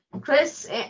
Chris